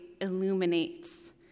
illuminates